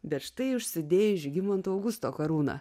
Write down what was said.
bet štai užsidėjai žygimanto augusto karūną